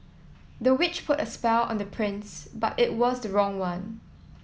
the witch put a spell on the prince but it was the wrong one